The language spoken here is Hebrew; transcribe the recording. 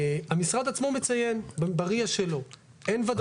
המשרד עצמו מציין ב-RIA שלו, אין ודאות.